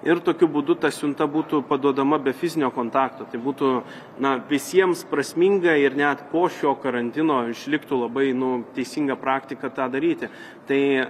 ir tokiu būdu ta siunta būtų paduodama be fizinio kontakto tai būtų na visiems prasminga ir net po šio karantino išliktų labai nu teisinga praktika tą daryti tai